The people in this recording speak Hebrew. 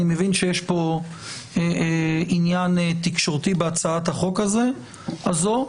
אני מבין שיש עניין תקשורתי בהצעת החוק הזו.